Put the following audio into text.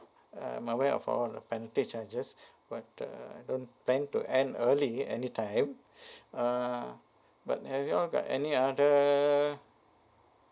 uh I'm aware of all the penalty charges but uh tend to bank early anytime uh but have you all got any other